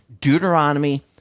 Deuteronomy